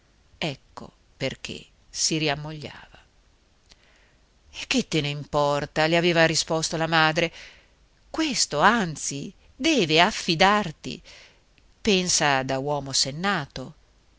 ecco perché si riammogliava e che te n'importa le aveva risposto la madre questo anzi deve affidarti pensa da uomo sennato